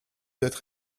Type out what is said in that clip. être